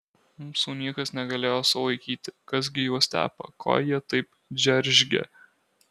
mūsų niekas negalėjo sulaikyti kas gi juos tepa ko jie taip džeržgia